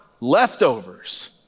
leftovers